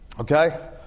Okay